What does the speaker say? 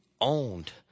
owned